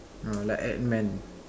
no like Ant man